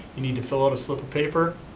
you need to fill out a slip of paper,